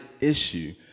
issue